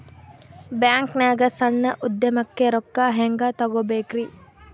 ಬ್ಯಾಂಕ್ನಾಗ ಸಣ್ಣ ಉದ್ಯಮಕ್ಕೆ ರೊಕ್ಕ ಹೆಂಗೆ ತಗೋಬೇಕ್ರಿ?